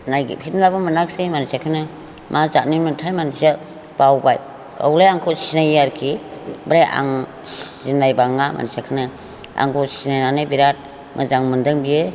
नायगिरफिनब्लाबो मोनासै मानसिखौनो मा जाथिनिमोनथाय मानसिया बावबाय गावलाय आंखौ सिनायो आरोखि ओमफ्राय आं सिनायबाङा मानसिखौनो आंखौ सिनायनानै बिराद मोजां मोनदों बियो